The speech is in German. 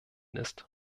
ist